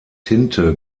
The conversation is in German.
tinte